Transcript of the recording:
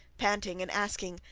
panting, and asking,